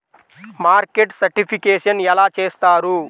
Market certification ఎలా చేస్తారు?